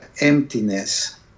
emptiness